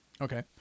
Okay